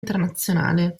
internazionale